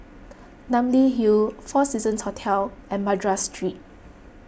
Namly Hill four Seasons Hotel and Madras Street